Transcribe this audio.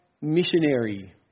missionary